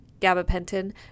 Gabapentin